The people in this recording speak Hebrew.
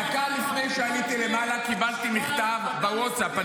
דקה לפני שעליתי למעלה קיבלתי מכתב בווטסאפ.